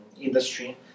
industry